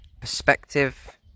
perspective